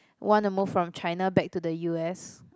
wanna move from China back to the U_S